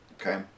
okay